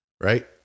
Right